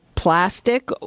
plastic